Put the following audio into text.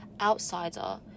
outsider